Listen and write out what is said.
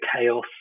chaos